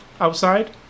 outside